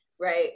right